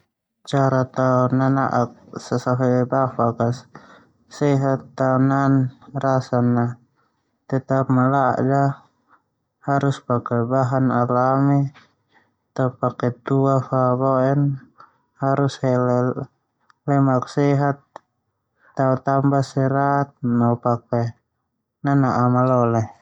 Cara tao nana'ak safe bafak a sehat, tao nan rasan ladan a tetap malada, harus pake bahan alami, ta pake tua, harus hele lemak sehat, tao tamba serat no pake nana'ak malole.